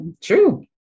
true